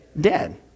dead